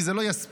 כי זה לא יספיק,